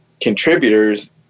contributors